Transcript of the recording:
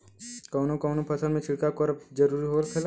कवने कवने फसल में छिड़काव करब जरूरी होखेला?